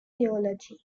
theology